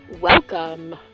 Welcome